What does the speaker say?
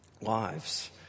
lives